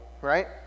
right